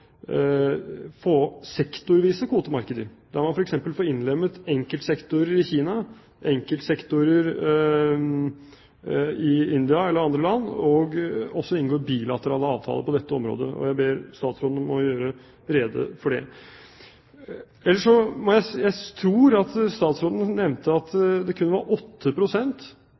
få sektorvise kvotemarkeder, der man f.eks. får innlemmet enkeltsektorer i Kina, i India eller i andre land og også inngå bilaterale avtaler på dette området. Jeg ber statsråden om å gjøre rede for det. Jeg tror statsråden nevnte at kun 8 pst. av kvoteprisen i dag går til administrasjon. Men når det